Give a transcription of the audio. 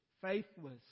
faithless